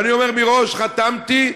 ואני אומר מראש: חתמתי,